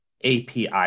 api